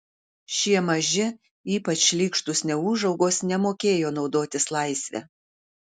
šie maži ypač šlykštūs neūžaugos nemokėjo naudotis laisve